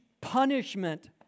punishment